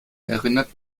erinnert